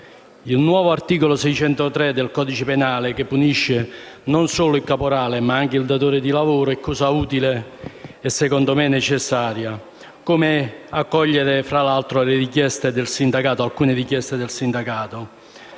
Il nuovo articolo 603 del codice penale, che punisce non solo il caporale, ma anche il datore di lavoro, è cosa utile e - secondo me - necessaria, così come l'accoglimento di alcune richieste del sindacato.